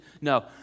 No